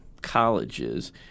colleges